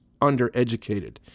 undereducated